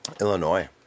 Illinois